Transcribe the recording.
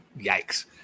yikes